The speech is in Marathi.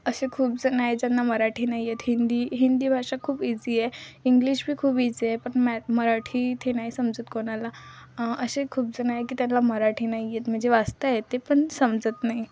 असे खूप जणं आहेत ज्यांना मराठी नाही येत हिंदी हिंदी भाषा खूप इझी आहे इंग्लिश बी खूप इझी आहे पण मॅ मराठी ती नाही समजत कोणाला असे खूप जणं आहेत की त्यांना मराठी नाही येत म्हणजे वाचता येते पण समजत नाही